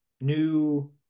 new